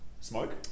smoke